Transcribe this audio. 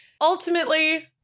Ultimately